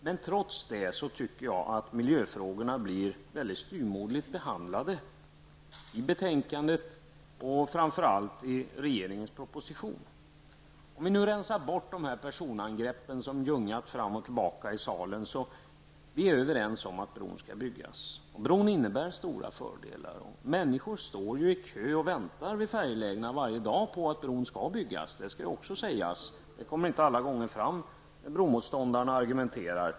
Trots detta tycker jag miljöfrågorna blir mycket styvmoderligt behandlade i betänkandet och framför allt i regeringens proposition. Om vi rensar bort de personangrepp som ljungat fram och tillbaka i salen: Vi är överens om att bron skall byggas. Bron innebär stora fördelar. Människor står i kö och väntar vid färjelägena varje dag på att bron skall byggas, det skall också sägas, det kommer inte alla gånger fram när bromoståndarna argumenterar.